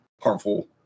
harmful